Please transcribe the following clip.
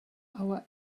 our